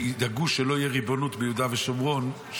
שידאגו שלא תהיה ריבונות ביהודה ושומרון,